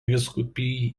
vyskupijos